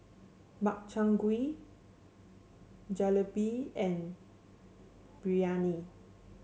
Makchang Gui Jalebi and Biryani